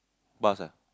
bus ah